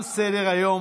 סדר-היום.